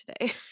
today